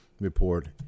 report